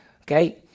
Okay